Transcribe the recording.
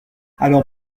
allant